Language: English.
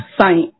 Sai